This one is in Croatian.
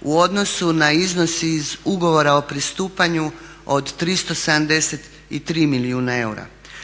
u odnosu na iznos iz Ugovora o pristupanju od 373 milijuna eura